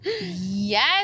Yes